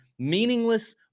Meaningless